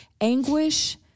anguish